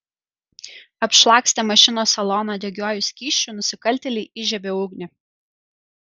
apšlakstę mašinos saloną degiuoju skysčiu nusikaltėliai įžiebė ugnį